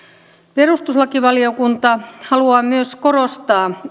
perustuslakivaliokunta haluaa myös korostaa